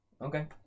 Okay